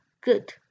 Good